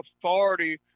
authority